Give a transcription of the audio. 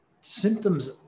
symptoms